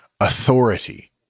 authority